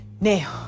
now